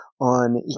on